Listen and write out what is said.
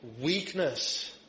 Weakness